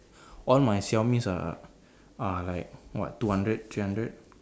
all my Xiaomis are are like what two hundred three hundred